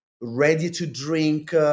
ready-to-drink